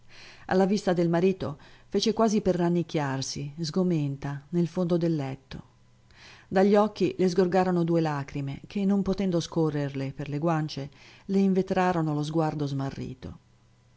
alla vista del marito fece quasi per rannicchiarsi sgomenta nel fondo del letto dagli occhi le sgorgarono due lagrime che non potendo scorrerle per guance le invetrarono lo sguardo smarrito